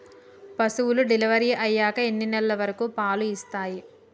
పశువులు డెలివరీ అయ్యాక ఎన్ని నెలల వరకు పాలు ఇస్తాయి?